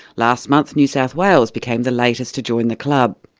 last month new south wales became the latest to join the club.